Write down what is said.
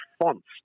fonts